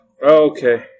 Okay